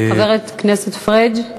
חבר הכנסת פריג',